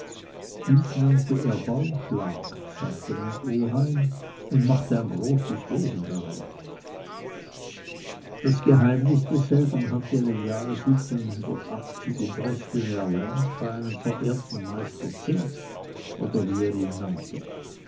dies nannte er baumschlag sagte mein oheim und machte ein großes wesen daraus das geheimnis desselben hatte er im jahre in dresden erlernt bei seinem verehrten meister zink oder wie er ihn nannte